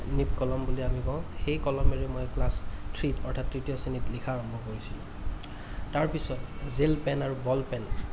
নীপ কলম বুলি আমি কওঁ সেই কলমেৰে মই ক্লাছ থ্ৰী অৰ্থাৎ তৃতীয় শ্ৰেণীত লিখা আৰম্ভ কৰিছিলোঁ তাৰপিছত জেল্ পেন আৰু বল পেন